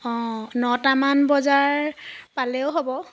অঁ নটামান বজাৰ পালেও হ'ব